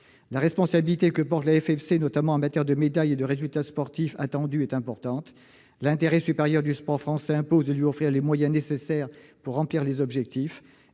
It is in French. La responsabilité que porte la FFC, notamment en matière de médailles et de résultats sportifs attendus, est importante. L'intérêt supérieur du sport français impose de lui offrir les moyens nécessaires pour remplir ses objectifs.